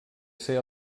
ser